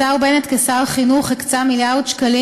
השר בנט כשר החינוך הקצה מיליארד שקלים